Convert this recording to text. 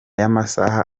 y’amasaha